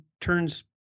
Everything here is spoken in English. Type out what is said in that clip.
turns